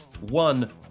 one